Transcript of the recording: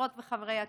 חברות וחברי הכנסת,